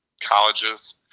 colleges